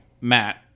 Matt